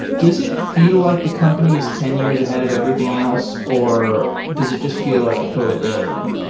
does it feel like the company is ten years ahead of everything else or does it just feel like a total alien?